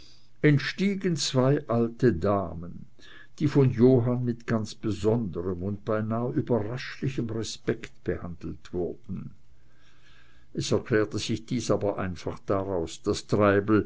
entstiegen zwei alte damen die von johann mit ganz besonderem und beinahe überraschlichem respekt behandelt wurden es erklärte sich dies aber einfach daraus daß treibel